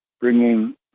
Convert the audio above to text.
bringing